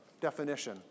definition